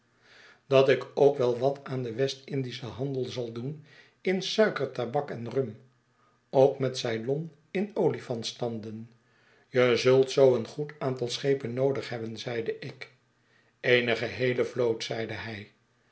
dat ik ook wel wat aan den westindischen handel zal doen in suiker tabak en rum ook met ceylon in olifantstanden je zult zoo een goed aantal schepen noodig hebben zeide ik eene geheele vloot zeide hij